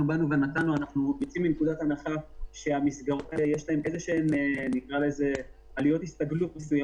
יוצאים מנקודת הנחה שלמסגרות האלו יש עלויות הסתגלות,